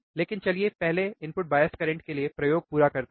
लेकिन चलिए पहले इनपुट बायस करंट के लिए प्रयोग पूरा करते हैं